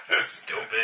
Stupid